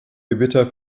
gewitter